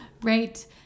Right